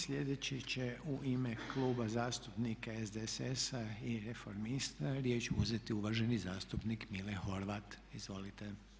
Sljedeći će u ime Kluba zastupnika SDSS-a i Reformista riječ uzeti uvaženi zastupnik Mile Horvat, izvolite.